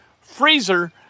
Freezer